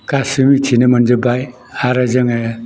गासैबो मिथिनो मोनजोब्बाय आरो जोङो